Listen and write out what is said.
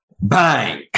Bang